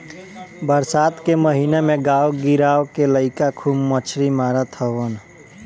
बरसात के महिना में गांव गिरांव के लईका खूब मछरी मारत हवन